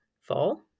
fall